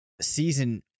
season